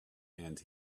and